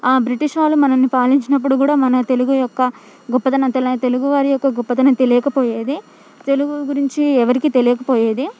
British వాళ్ళు మనల్ని పాలించినప్పుడు కూడా మన తెలుగు యొక్క గొప్పదనం తెల తెలుగు వారి యొక్క గొప్పతనం తెలియకపోయేది తెలుగు గురించి ఎవరికి తెలియకపోయేది